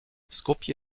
skopje